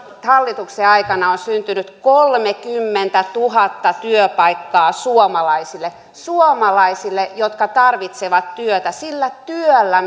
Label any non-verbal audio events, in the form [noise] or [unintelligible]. hallituksen aikana on syntynyt kolmekymmentätuhatta työpaikkaa suomalaisille suomalaisille jotka tarvitsevat työtä sillä työllä [unintelligible]